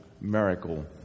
miracle